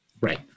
right